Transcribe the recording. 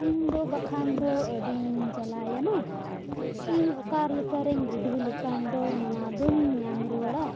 ᱤᱧ ᱫᱚ ᱵᱟᱠᱷᱟᱱ ᱫᱚ ᱟᱹᱰᱤᱧ ᱡᱟᱞᱟᱣᱮᱱᱟ ᱤᱧ ᱚᱠᱟ ᱞᱮᱠᱟ ᱨᱤᱧ ᱵᱩᱫᱽᱫᱷᱤ ᱞᱮᱠᱷᱟᱱ ᱫᱚ ᱱᱚᱣᱟ ᱫᱚᱧ ᱧᱟᱢ ᱨᱩᱣᱟᱹᱲᱟ